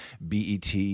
BET